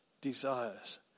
desires